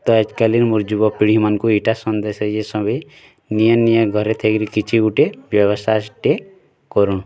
ତ କାଲିର୍ ମୋର ଯୁବ ପିଢୀ ମାନଙ୍କୁ ଏଇଟା ସନ୍ଦେଶ୍ ସଭି ନିଅ୍ ନିଅ୍ ଘରେ ଥାଇକିରି କିଛି ଗୁଟେ ବ୍ୟବସାୟଟେ କର